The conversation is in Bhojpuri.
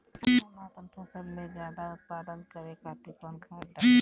हम आपन फसल में उत्पादन ज्यदा करे खातिर कौन खाद डाली?